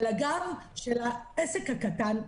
על הגב של העסק הקטן,